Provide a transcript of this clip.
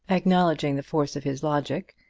acknowledging the force of his logic,